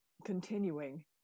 continuing